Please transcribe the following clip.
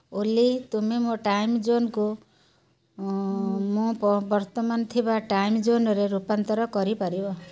ଓଲି ତୁମେ ମୋ ଟାଇମ୍ ଜୋନ୍କୁ ମୁଁ ବର୍ତ୍ତମାନ ଥିବା ଟାଇମ୍ ଜୋନ୍ରେ ରୂପାନ୍ତର କରିପାରିବ